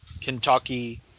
Kentucky